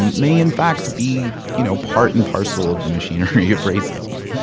may, in fact, be, you know, part and parcel of the machinery of racism.